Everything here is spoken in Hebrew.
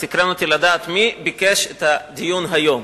סקרן אותי לדעת מי ביקש את הדיון היום,